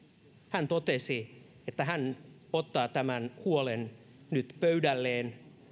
hän totesi että hän ottaa tämän huolen nyt pöydälleen